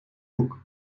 boek